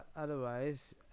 otherwise